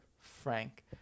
Frank